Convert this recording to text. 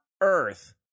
earth